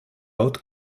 haute